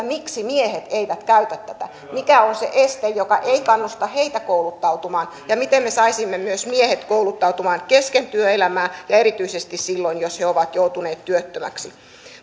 miksi miehet eivät käytä tätä mikä on se este joka ei kannusta heitä kouluttautumaan ja miten me saisimme myös miehet kouluttautumaan kesken työelämän ja erityisesti silloin jos he ovat joutuneet työttömäksi